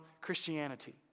Christianity